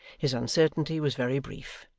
his uncertainty was very brief,